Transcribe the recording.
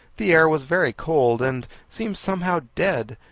the air was very cold, and seemed somehow dead,